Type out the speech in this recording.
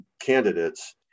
candidates